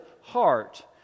heart